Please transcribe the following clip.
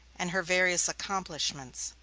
and her various accomplishments.